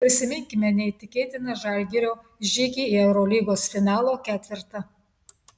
prisiminkime neįtikėtiną žalgirio žygį į eurolygos finalo ketvertą